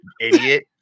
idiot